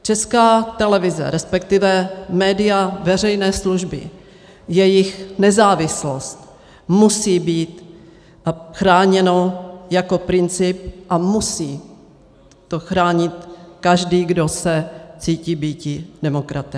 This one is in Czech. Česká televize, resp. média veřejné služby, jejich nezávislost, musí být chráněny jako princip a musí to chránit každý, kdo se cítí býti demokratem.